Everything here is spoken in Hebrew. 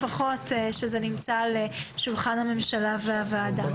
שנמצאת על שולחן הממשלה והוועדה כבר 15 שנים.